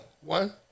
One